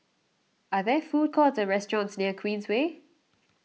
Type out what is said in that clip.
are there food courts or restaurants near Queensway